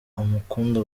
umukunda